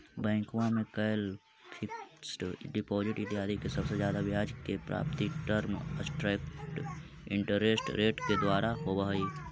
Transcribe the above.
bank में कैल fixed deposit इत्यादि पर सबसे जादे ब्याज के प्राप्ति टर्म स्ट्रक्चर्ड इंटरेस्ट रेट के द्वारा होवऽ हई